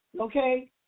Okay